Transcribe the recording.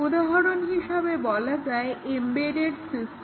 উদাহরণ হিসাবে বলা যায় এমবেডেড সিস্টেম